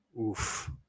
Oof